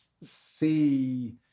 see